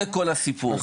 זה כל הסיפור.